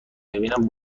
ببینم